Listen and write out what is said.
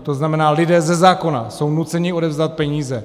To znamená, lidé ze zákona jsou nuceni odevzdat peníze.